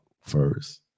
first